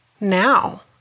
now